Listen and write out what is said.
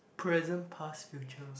present past future